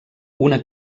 una